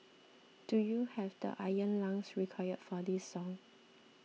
do you have the iron lungs required for this song